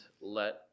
let